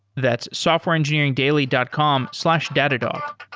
that's softwareengineeringdaily dot com slash datadog.